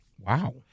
Wow